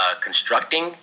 constructing